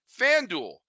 FanDuel